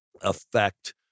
affect